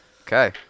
Okay